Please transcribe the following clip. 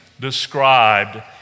described